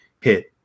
hit